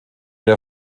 der